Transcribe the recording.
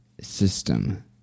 system